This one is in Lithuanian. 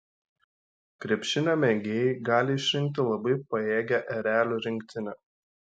krepšinio mėgėjai gali išrinkti labai pajėgią erelių rinktinę